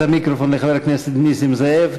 את המיקרופון לחבר הכנסת נסים זאב,